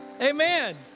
amen